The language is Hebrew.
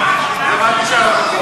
לא, הוא אמר שלא.